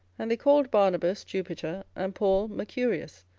and they called barnabas, jupiter and paul, mercurius,